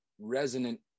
resonant